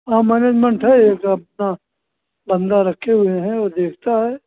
हाँ मैनेजमेंट है एक अपना बंदा रखे हुए हैं वह देखता है